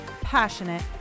passionate